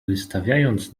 wystawiając